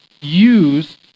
use